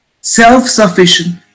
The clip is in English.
Self-sufficient